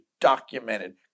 documented